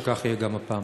שכך יהיה גם הפעם.